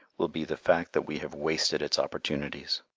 will be the fact that we have wasted its opportunities.